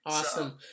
Awesome